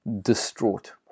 distraught